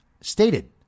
stated